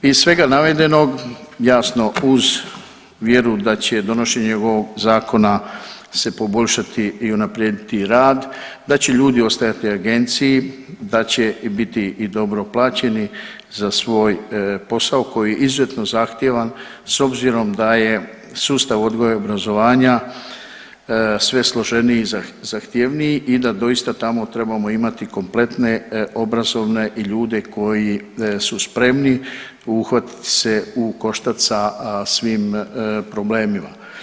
Iz svega navedenog jasno uz vjeru da će donošenjem ovog zakona se poboljšati i unaprijediti rad, da će ljudi ostajati u agenciji, da će biti i dobro plaćeni za svoj posao koji je izuzetno zahtjevan s obzirom da je sustav odgoja i obrazovanja sve složeniji i zahtjevniji i da doista tamo trebamo imati kompletne obrazovne i ljude koji su spremni uhvatiti se u koštac sa svim problemima.